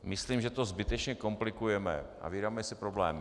Myslím, že to zbytečně komplikujeme a vyrábíme si problém.